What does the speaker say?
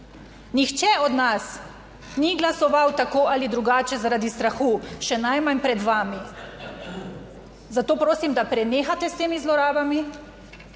Nihče od nas ni glasoval tako ali drugače, zaradi strahu, še najmanj pred vami, zato prosim, da prenehate s temi zlorabami.